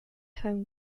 home